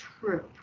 true